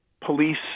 police